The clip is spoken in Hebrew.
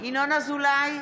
ינון אזולאי,